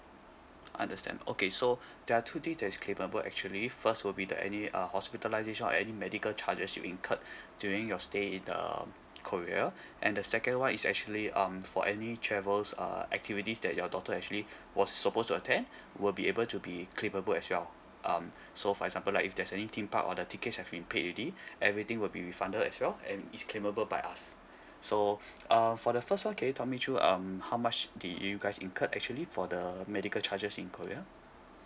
understand okay so there are two days that is claimable actually first will be the any uh hospitalisation or any medical charges you incurred during your stay in um korea and the second [one] is actually um for any travels uh activities that your daughter actually was supposed to attend will be able to be claimable as well um so for example like if there's any theme park or the tickets have been pay already everything will be refunded as well and is claimable by us so uh for the first [one] can you tell me through um how much did you guys incurred actually for the medical charges in korea